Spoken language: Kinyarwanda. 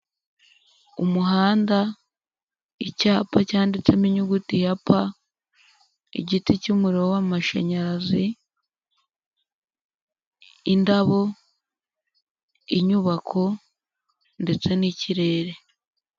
Umuhanda, icyapa cyanditsemo inyuguti ya pa, igiti cy'umuriro w'amashanyarazi, indabo, inyubako ndetse n'ikirere.